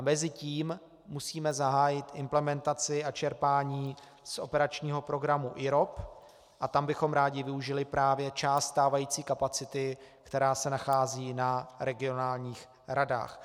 Mezitím musíme zahájit implementaci a čerpání z operačního programu IROP a tam bychom rádi využili právě část stávající kapacity, která se nachází na regionálních radách.